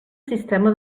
sistema